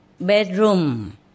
bedroom